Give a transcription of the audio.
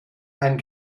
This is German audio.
ein